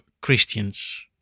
Christians